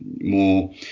more